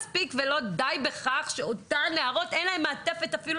לאותן נערות אין, אפילו,